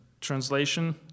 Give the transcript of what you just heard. translation